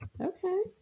Okay